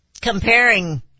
comparing